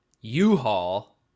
u-haul